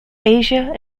asia